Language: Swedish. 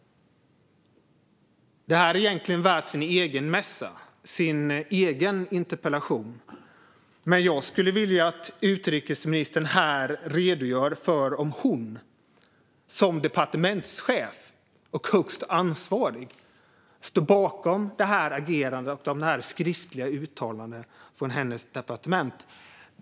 Det är egentligen värt sin egen mässa, sin egen interpellation. Jag skulle vilja att utrikesministern här redogör för om hon som departementschef och högst ansvarig står bakom det agerandet och de skriftliga uttalandena från hennes departement.